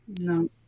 No